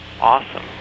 Awesome